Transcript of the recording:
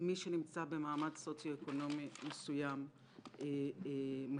מי שנמצא במעמד סוציו-אקונומי מסוים מצליח